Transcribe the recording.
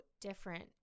different